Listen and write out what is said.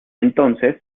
entonces